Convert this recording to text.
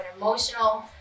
emotional